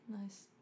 Nice